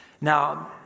Now